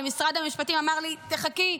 אבל משרד המשפטים אמר לי: תחכי,